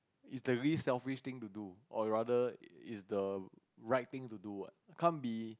it's the least selfish thing to do or rather it's the right thing to do what it can't be